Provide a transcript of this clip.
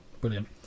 Brilliant